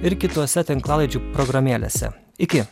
ir kitose tinklalaidžių programėlėse iki